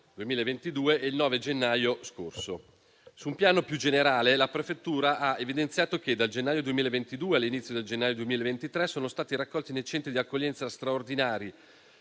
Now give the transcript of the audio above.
2022 e il 9 gennaio scorso. Su un piano più generale, la prefettura ha evidenziato che, dal gennaio 2022 all'inizio del gennaio 2023, sono stati raccolti nei centri di accoglienza straordinari